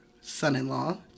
son-in-law